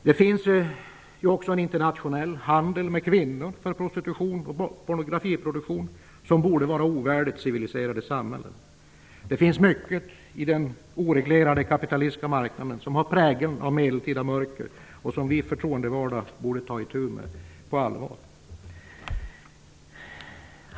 Det finns också en internationell handel med kvinnor för prostitution och pornografiproduktion som borde vara ovärdig civiliserade samhällen. Det finns mycket på den oreglerade kapitalistiska marknaden som har prägeln av medeltida mörker och som vi förtroendevalda borde ta itu med på allvar.